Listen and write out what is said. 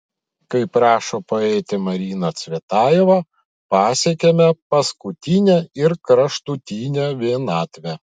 kaip rašo poetė marina cvetajeva pasiekiame paskutinę ir kraštutinę vienatvę